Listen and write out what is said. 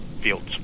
fields